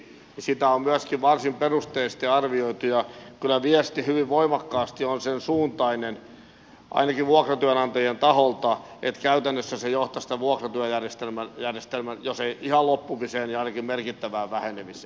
sitä on myöskin varsin perusteellisesti arvioitu ja kyllä viesti hyvin voimakkaasti on sensuuntainen ainakin vuokratyönantajien taholta että käytännössä se johtaisi tämän vuokratyöjärjestelmän jos ei ihan loppumiseen niin ainakin merkittävään vähenemiseen